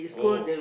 oh